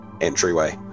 entryway